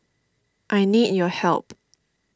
I need your help